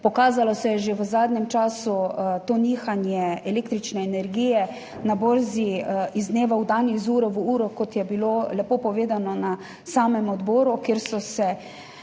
času se je pokazalo to nihanje električne energije na borzi, iz dneva v dan, iz uro v uro, kot je bilo lepo povedano na samem odboru, kjer so se